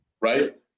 right